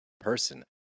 person